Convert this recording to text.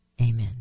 Amen